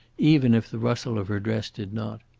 even if the rustle of her dress did not.